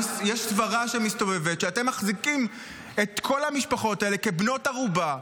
יש סברה שמסתובבת שאתם מחזיקים את כל המשפחות האלה כבנות ערובה,